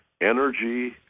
energy